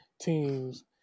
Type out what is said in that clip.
Teams